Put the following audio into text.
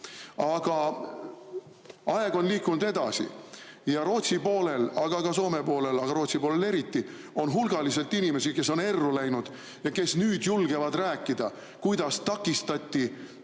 Aga aeg on liikunud edasi ja Rootsi poolel – ka Soome poolel, aga Rootsi poolel eriti – on hulgaliselt inimesi, kes on erru läinud ja kes nüüd julgevad rääkida, kuidas takistati